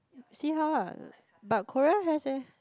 see how lah but Korea has eh